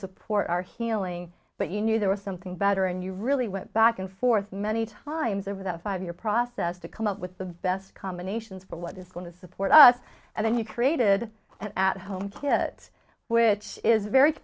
support our healing but you knew there was something better and you really went back and forth many times over the five year process to come up with the best combinations for what is going to support us and then you created an at home kit which is very